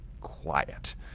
quiet